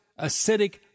acidic